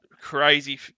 crazy